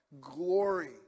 glory